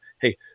hey